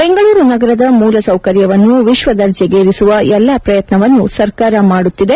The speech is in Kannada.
ಬೆಂಗಳೂರು ನಗರದ ಮೂಲ ಸೌಕರ್ಯವನ್ನು ವಿಶ್ವದರ್ಜೆಗೇರಿಸುವ ಎಲ್ಲ ಪ್ರಯತ್ನವನ್ನು ಸರ್ಕಾರ ಮಾಡುತ್ತಿದೆ